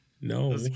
no